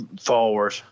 forward